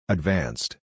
Advanced